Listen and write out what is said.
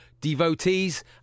devotees